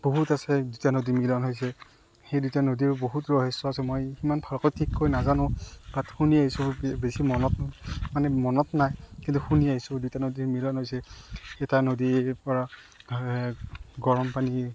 বহুত আছে দুটা নদীৰ মিলন হৈছে সেই দুয়োটা নদীৰো বহুত ৰহস্য আছে মই সিমান ভালকৈ ঠিককৈ নাজানো তাত শুনি আহিছোঁ বেছি মনত মানে মনত নাই কিন্তু শুনি আহিছোঁ দুটা নদীৰ মিলন হৈছে এটা নদীৰপৰা এই গৰমপানী